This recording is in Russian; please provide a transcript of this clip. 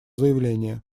заявление